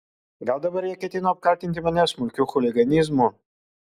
gal dabar jie ketino apkaltinti mane smulkiu chuliganizmu